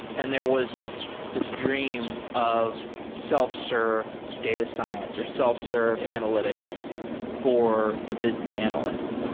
and there was this dream of self-serve data science or self-serve analytics for the business analyst.